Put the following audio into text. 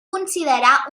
considerar